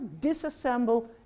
disassemble